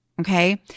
Okay